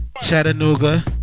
Chattanooga